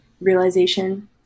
realization